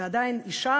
ועדיין אישה